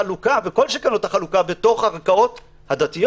דיברתי גם עם ניסנקורן והצעתי לו לעשות אותו הדבר